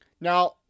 Now